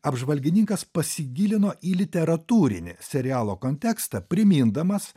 apžvalgininkas pasigilino į literatūrinį serialo kontekstą primindamas